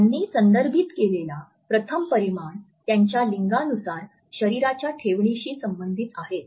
त्यांनी संदर्भित केलेला प्रथम परिमाण त्यांच्या लिंगानुसार शरीराच्या ठेवणीशी संबंधित आहेत